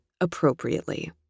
appropriately